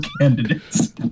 candidates